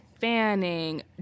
Fanning